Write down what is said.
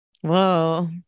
Whoa